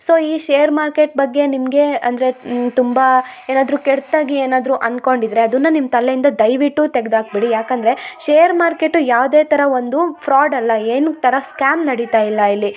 so ಈ share market ಬಗ್ಗೆ ನಿಮಗೆ ಅಂದರೆ ತುಂಬ ಏನಾದರೂ ಕೆಡ್ತಾಗಿ ಏನಾದರೂ ಅನ್ಕೊಂಡಿದ್ದರೆ ಅದುನ್ನ ನಿಮ್ಮ ತಲೆಯಿಂದ ದಯವಿಟ್ಟು ತೆಗ್ದು ಹಾಕ್ಬಿಡಿ ಯಾಕಂದರೆ ಶೇರ್ ಮಾರ್ಕೆಟು ಯಾವುದೇ ಥರ ಒಂದು ಫ್ರಾಡ್ ಅಲ್ಲ ಏನು ಥರ ಸ್ಕ್ಯಾಮ್ ನಡಿತಾ ಇಲ್ಲ ಇಲ್ಲಿ